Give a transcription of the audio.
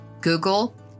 Google